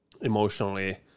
emotionally